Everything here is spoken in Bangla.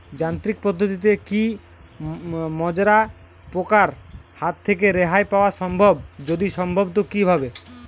যান্ত্রিক পদ্ধতিতে কী মাজরা পোকার হাত থেকে রেহাই পাওয়া সম্ভব যদি সম্ভব তো কী ভাবে?